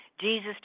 Jesus